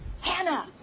Hannah